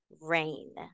Rain